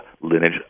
lineage